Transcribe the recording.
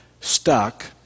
stuck